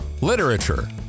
literature